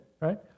right